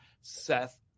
Seth